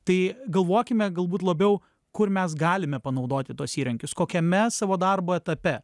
tai galvokime galbūt labiau kur mes galime panaudoti tuos įrankius kokiame savo darbo etape